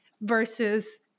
versus